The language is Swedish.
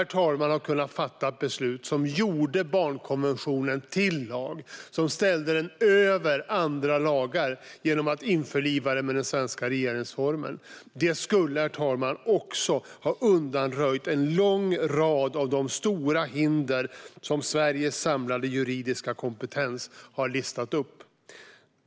Vi skulle ha kunnat fatta ett beslut som gjorde barnkonventionen till lag och som ställde den över andra lagar genom att införliva den med den svenska regeringsformen. Det skulle också ha undanröjt en lång rad av de stora hinder som Sveriges samlade juridiska kompetens har listat upp.